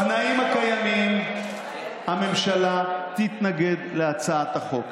בתנאים הקיימים הממשלה תתנגד להצעת החוק.